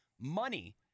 money